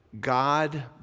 God